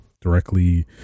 directly